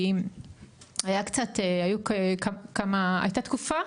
כי הייתה תקופה,